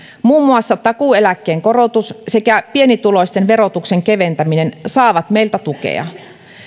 muun muassa takuueläkkeen korotus sekä pienituloisten verotuksen keventäminen saavat meiltä tukea